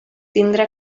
tindre